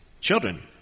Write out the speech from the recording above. Children